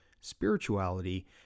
spirituality